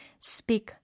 speak